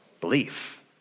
Belief